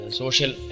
social